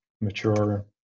mature